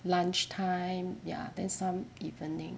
lunchtime ya then some evening